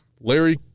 Larry